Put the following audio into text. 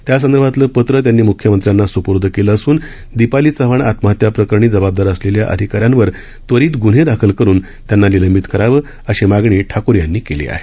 त्यासंदर्भातील पत्र त्यांनी मुख्यमंत्र्याना सुपूर्द केलं असून दीपाली चव्हाण आत्महत्या प्रकरणी जबाबदार असलेल्या अधिकाऱ्यांवर त्वरित ग्न्हे दाखल करून त्यांना निलंबित करावं अशी मागणी ठाकूर यांनी केली आहे